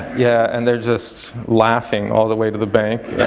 yeah. and they are just laughing all the way to the bank.